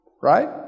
right